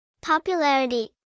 Popularity